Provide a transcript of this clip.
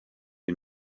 you